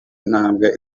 intambwe